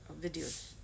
videos